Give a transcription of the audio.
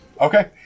Okay